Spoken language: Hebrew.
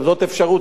גם זאת אפשרות,